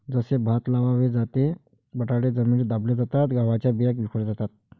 जसे भात लावले जाते, बटाटे जमिनीत दाबले जातात, गव्हाच्या बिया विखुरल्या जातात